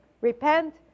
repent